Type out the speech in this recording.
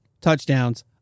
touchdowns